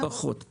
פחות.